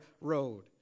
road